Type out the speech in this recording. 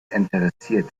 interessiert